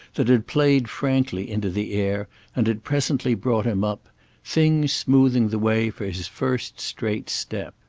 that had played frankly into the air and had presently brought him up things smoothing the way for his first straight step.